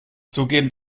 zugeben